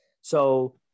So-